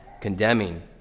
condemning